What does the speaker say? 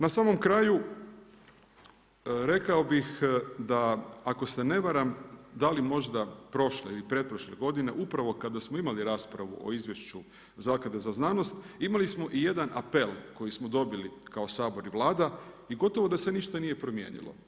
Na samom kraju rekao bih da ako se ne varam da li možda prošle ili preprošle godine upravo kada smo imali raspravu o izvješću Zaklade za znanost imali smo i jedan apel koji smo dobili kao Sabor i Vlada i gotovo da se ništa nije promijenilo.